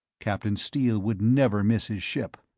captain steele would never miss his ship!